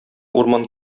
урман